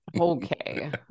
Okay